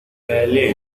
berlin